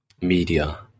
media